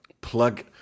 plug